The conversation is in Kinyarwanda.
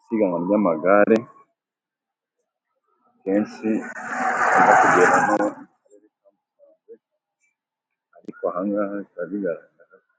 Isiganwa ry'amagare kenshi rikunda kugendamo ariko aha ngaha bikaba bigaragara ko